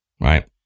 right